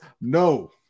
No